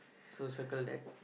so circle that